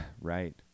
Right